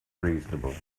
reasonable